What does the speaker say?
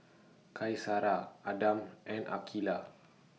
Qaisara Adam and Aqilah